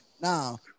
Now